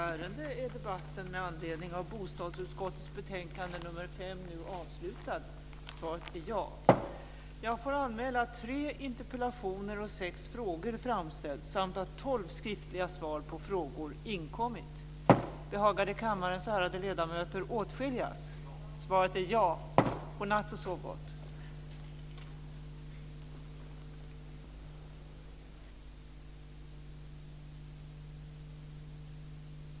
Ärade riksdagsledamöter!